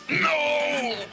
No